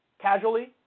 casually